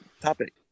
topic